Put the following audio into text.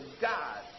God